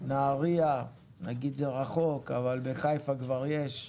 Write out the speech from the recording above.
נהריה, נגיד זה רחוק אבל בחיפה כבר יש,